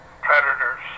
predators